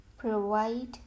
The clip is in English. provide